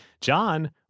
John